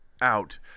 out